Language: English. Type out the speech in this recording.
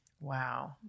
Wow